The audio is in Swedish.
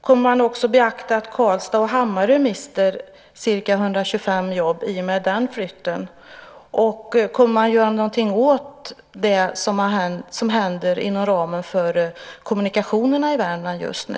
Kommer man att beakta att Karlstad och Hammarö mister ca 125 jobb i och med den här flytten? Kommer man att göra någonting åt det som händer inom ramen för kommunikationerna i Värmland just nu?